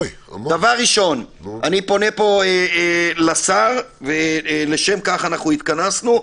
דבר ראשון אני פונה פה לשר ולשם כך התכנסנו.